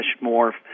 more